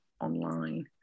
online